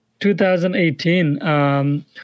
2018